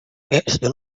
pirkstu